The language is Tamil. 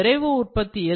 விரைவு உற்பத்தியில்